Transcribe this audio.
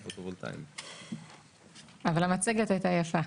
אבל המצגת הייתה יפה.